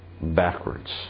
backwards